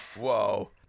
Whoa